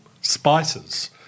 spices